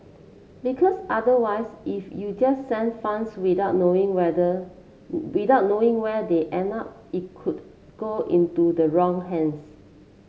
they end up it could go into the wrong hands